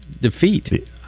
defeat